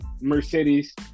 Mercedes